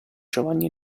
giovanni